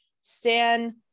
Stan